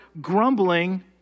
grumbling